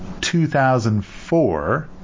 2004